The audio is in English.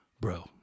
bro